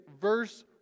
verse